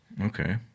Okay